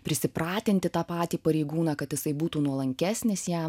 prisipratinti tą patį pareigūną kad jisai būtų nuolankesnis ją